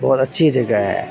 تو اچھی جگہ ہے